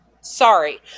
sorry